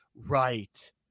right